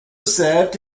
served